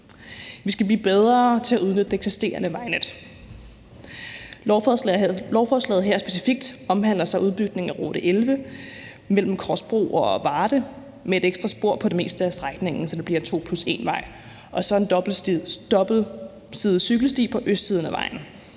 Vi skal blive bedre til at udnytte det eksisterende vejnet. Lovforslaget her omhandler specifikt udbygningen af Rute 11 mellem Korskro og Varde med et ekstra spor på det meste af strækningen, så det bliver en to plus en-vej, og så en dobbeltsidet cykelsti på østsiden af vejen.